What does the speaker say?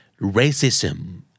racism